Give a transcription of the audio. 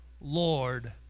Lord